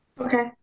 Okay